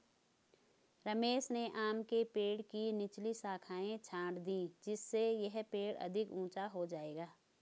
रमेश ने आम के पेड़ की निचली शाखाएं छाँट दीं जिससे यह पेड़ अधिक ऊंचा हो जाएगा